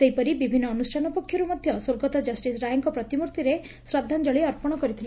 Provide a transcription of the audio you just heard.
ସେହିପରି ବିଭିନ୍ନ ଅନୁଷ୍ଷାନ ପକ୍ଷରୁ ମଧ୍ଧ ସ୍ୱର୍ଗତ ଜଷ୍ଟିସ୍ ରାୟଙ ପ୍ରତିମର୍ଭିରେ ଶ୍ରଦ୍ଧାଞ୍ଞଳି ଅର୍ପଣ କରିଥିଲେ